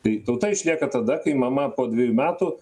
tai tauta išlieka tada kai mama po dvejų metų